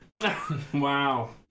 Wow